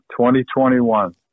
2021